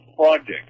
project